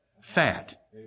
fat